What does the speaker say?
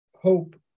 hope